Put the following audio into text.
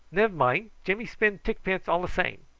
nev mind, jimmy spend tickpence all a same.